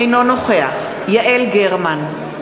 אינו נוכח סדרנים,